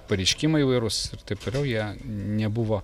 pareiškimai įvairus ir taip toliau jie nebuvo